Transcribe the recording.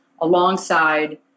alongside